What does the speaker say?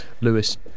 Lewis